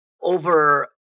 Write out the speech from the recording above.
over